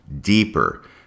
deeper